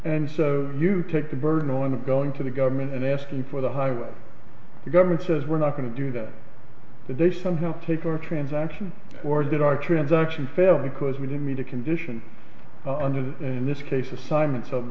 and so you take the burden on going to the government and asking for the higher the government says we're not going to do the there's some hope take our transaction or that our transaction fail because we didn't meet the condition in this case assignments of